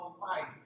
life